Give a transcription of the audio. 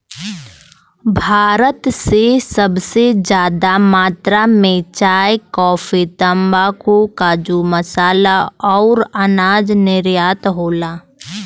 भारत से सबसे जादा मात्रा मे चाय, काफी, तम्बाकू, काजू, मसाला अउर अनाज निर्यात होला